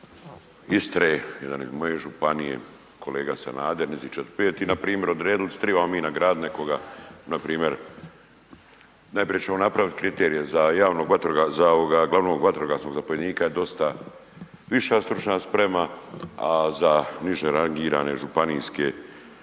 Istre, jedan iz moje županije, kolega Sanader, njijzi 4-5 i npr. odredili su tribamo mi nagradit nekoga npr. najprije ćemo napravit kriterije za javnog vatrogasnog, za ovoga glavnog vatrogasnog zapovjednika je dosta viša stručna sprema, a za niže rangirane županijske